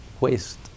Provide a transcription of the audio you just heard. waste